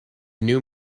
new